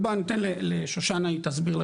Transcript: אני אתן לשושנה היא תסביר.